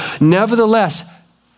Nevertheless